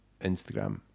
Instagram